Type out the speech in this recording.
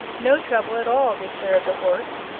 no trouble at all, declared the horse,